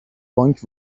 بانک